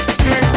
see